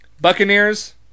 Buccaneers